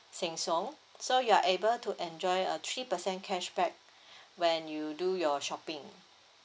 Sheng Siong so you are able to enjoy a three percent cashback when you do your shopping